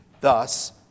thus